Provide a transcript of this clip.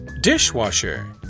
Dishwasher